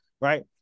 right